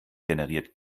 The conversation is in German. generiert